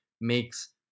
makes